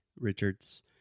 Richards